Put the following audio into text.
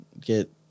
get